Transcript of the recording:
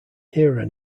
era